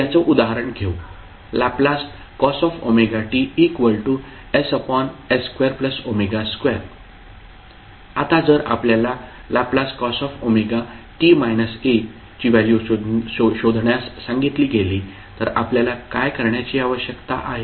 तर याचं उदाहरण घेऊ Lcos ωt s2s2 आता जर आपल्याला Lcos ω ची व्हॅल्यू शोधण्यास सांगितली गेली तर आपल्याला काय करण्याची आवश्यकता आहे